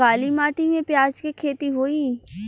काली माटी में प्याज के खेती होई?